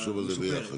נחשוב על זה ביחד.